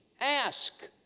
ask